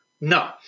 no